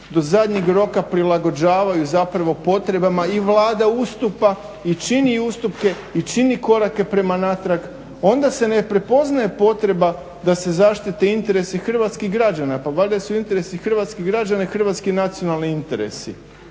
do zadnjeg roka prilagođavaju zapravo potrebama i Vlada ustupa i čini ustupke i čini korake prema natrag, onda se ne prepoznaje potreba da se zaštite interesi hrvatskih građana. Pa valjda su interesi hrvatskih građana i hrvatski nacionalni interesi.